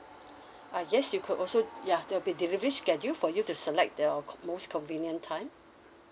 uh yes you could also ya there'll be delivery schedule for you to select your most convenient time